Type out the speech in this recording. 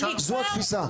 זו התפיסה.